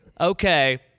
Okay